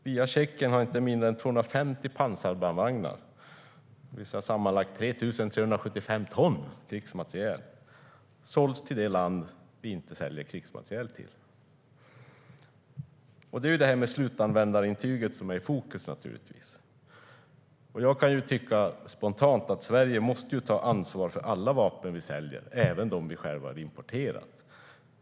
Via Tjeckien har inte mindre än 250 pansarbandvagnar, sammanlagt 3 375 ton krigsmateriel, sålts till det land vi inte säljer krigsmateriel till. Slutanvändarintyget är naturligtvis i fokus. Jag kan spontant tycka att Sverige måste ta ansvar för alla vapen vi säljer, även de vi själva har importerat.